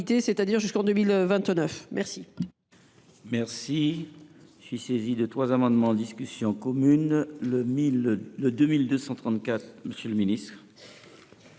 Merci